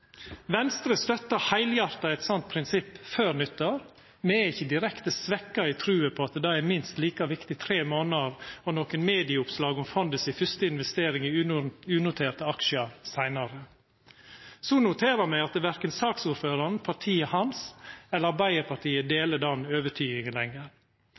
Venstre støtta heilhjarta eit slikt prinsipp før nyttår. Me er ikkje direkte svekte i trua på at dette er minst like viktig tre månader – og nokre medieoppslag om fondets fyrste investering i unoterte aksjar – seinare. Så noterer me at korkje saksordføraren, partiet hans eller Arbeidarpartiet lenger